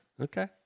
Okay